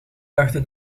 dachten